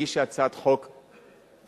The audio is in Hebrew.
הגישה הצעת חוק דומה,